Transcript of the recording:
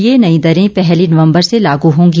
ये नई दरें पहली नवंबर से लागू होंगी